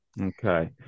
Okay